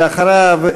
ואחריו,